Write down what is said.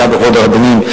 זו פגיעה בכבוד הרבנים,